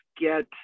get